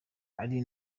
ari